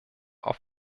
auf